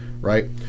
Right